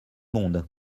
monde